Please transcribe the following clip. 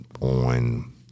on